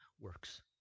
works